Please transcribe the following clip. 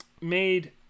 Made